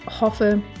hoffe